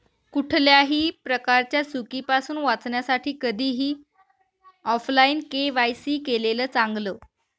कुठल्याही प्रकारच्या चुकीपासुन वाचण्यासाठी कधीही ऑफलाइन के.वाय.सी केलेलं चांगल